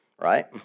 right